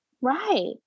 Right